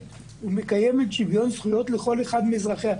ומקיימת שוויון זכויות לכל אחד מאזרחיה.